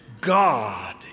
God